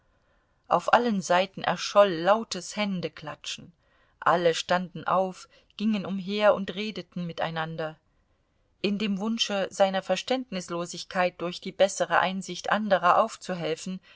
auf allen seiten erscholl lautes händeklatschen alle standen auf gingen umher und redeten miteinander in dem wunsche seiner verständnislosigkeit durch die bessere einsicht anderer aufzuhelfen